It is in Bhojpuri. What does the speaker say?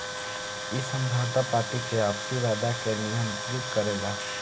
इ समझौता पार्टी के आपसी वादा के नियंत्रित करेला